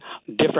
different